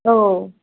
औ